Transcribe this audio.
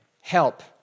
help